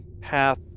path